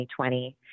2020